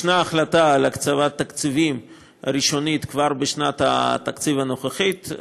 יש החלטה על הקצבת תקציבים ראשונית כבר בשנת התקציב הנוכחית,